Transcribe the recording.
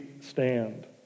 stand